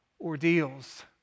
ordeals